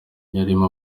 irimo